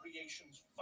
creations